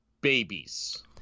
babies